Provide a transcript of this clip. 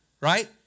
right